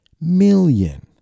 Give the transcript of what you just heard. million